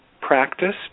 practiced